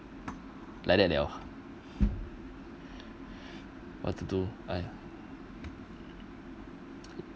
like that liao what do to !aiya!